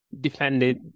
defended